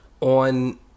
on